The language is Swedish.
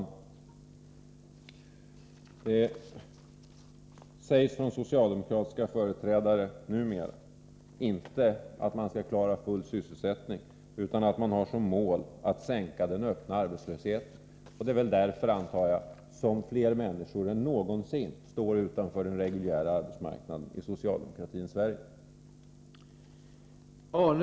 Det sägs numera av företrädare för socialdemokratin inte att man skall klara full sysselsättning utan att man har som mål att sänka den öppna arbetslösheten. Det är väl därför, antar jag, som fler människor än någonsin står utanför den reguljära arbetsmarknaden i socialdemokratins Sverige.